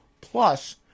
Plus